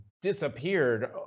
disappeared